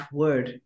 word